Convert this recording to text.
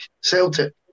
Celtic